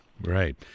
Right